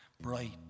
bright